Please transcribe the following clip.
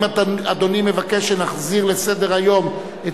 אם אדוני מבקש שנחזיר לסדר-היום את